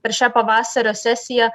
per šią pavasario sesiją